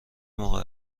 موقع